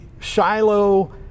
Shiloh